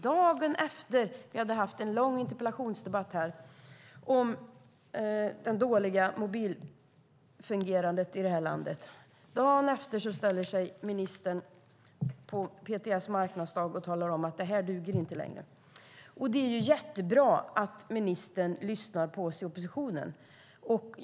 Dagen efter vi hade haft en lång interpellationsdebatt om de dåligt fungerande mobilerna i det här landet ställer sig ministern på PTS marknadsdag och talar om att det här inte duger längre. Det är jättebra att ministern lyssnar på oss i oppositionen.